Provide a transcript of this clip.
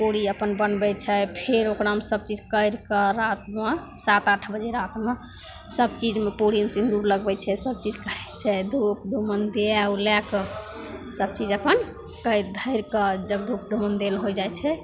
पूड़ी अपन बनबै छै फेर ओकरामे अपन सबचीज करिके रातिमे सात आठ बजे रातिमे सबचीजमे पूड़ी सिन्दूर लगबै छै सबचीज करै छै धूप धूमन दीआ ओ लैके सबचीज अपन करि धरिके जब धूप धूमन देल होइ जाइ छै